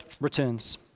returns